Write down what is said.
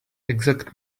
exact